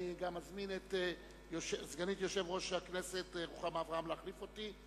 אני גם אזמין את סגנית יושב-ראש הכנסת רוחמה אברהם להחליף אותי.